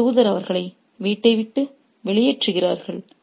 தூதர் அவர்களை வீட்டை விட்டு வெளியேற்றுகிறார்